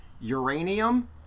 uranium